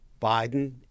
Biden